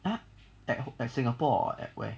ah at singapore or at where